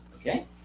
Okay